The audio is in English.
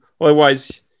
otherwise